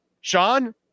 Sean